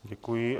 Děkuji.